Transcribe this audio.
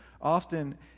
often